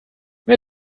mit